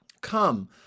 Come